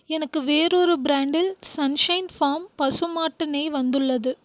எனக்கு வேறு ஒரு பிராண்டில் சன்ஷைன் ஃபார்ம் பசுமாட்டு நெய் வந்துள்ளது